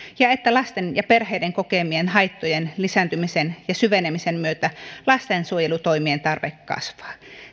ja että lasten ja perheiden kokemien haittojen lisääntymisen ja syvenemisen myötä lastensuojelutoimien tarve kasvaa